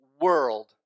world